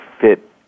fit